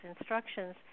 instructions